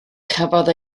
cafodd